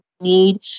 need